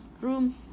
room